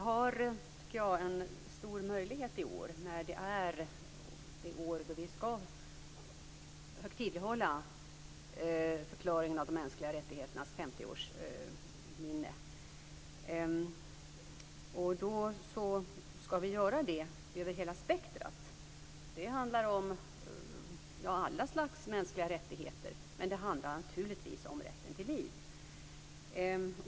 Fru talman! Jag tycker att vi i år, då vi skall högtidlighålla förklaringen om de mänskliga rättigheternas 50-årsminne, har en stor möjlighet. Då skall vi göra det över hela spektrumet. Det handlar om alla slags mänskliga rättigheter. Men det handlar naturligtvis om rätten till liv.